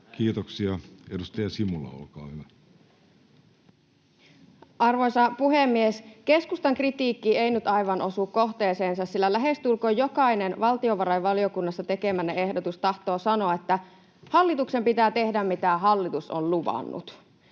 hallinnonala Time: 18:03 Content: Arvoisa puhemies! Keskustan kritiikki ei nyt aivan osu kohteeseensa, sillä lähestulkoon jokainen valtiovarainvaliokunnassa tekemänne ehdotus tahtoo sanoa, että hallituksen pitää tehdä, mitä hallitus on luvannut.